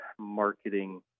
marketing